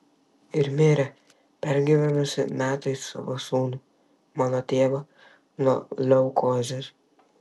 ir mirė pergyvenusi metais savo sūnų mano tėvą nuo leukozės